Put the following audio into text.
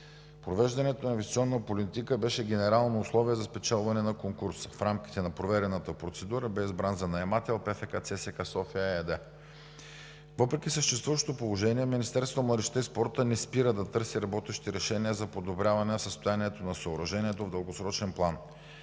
Провеждането на инвестиционна политика беше генерално условие за спечелване на конкурса. В рамките на проведената процедура бе избран за наемател ПФК ЦСКА – София ЕАД. Въпреки съществуващото положение Министерството на младежта и спорта не спира да търси работещи решения за подобряване състоянието на съоръжението в дългосрочен план.